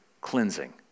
cleansing